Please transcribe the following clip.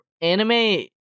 anime